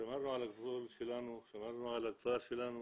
שמרנו על הגבול שלנו, שמרנו על הכפר שלנו